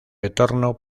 retorno